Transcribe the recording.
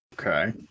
Okay